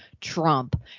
Trump